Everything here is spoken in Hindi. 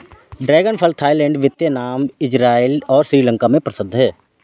ड्रैगन फल थाईलैंड, वियतनाम, इज़राइल और श्रीलंका में प्रसिद्ध है